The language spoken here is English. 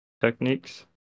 techniques